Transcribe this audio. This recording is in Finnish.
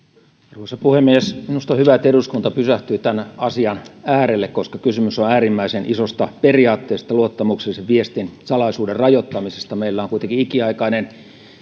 arvoisa puhemies minusta on hyvä että eduskunta pysähtyy tämän asian äärelle koska kysymys on äärimmäisen isosta periaatteesta luottamuksellisen viestin salaisuuden rajoittamisesta meillä on kuitenkin ikiaikainen